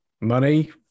money